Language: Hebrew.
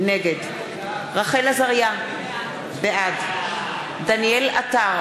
נגד רחל עזריה, בעד דניאל עטר,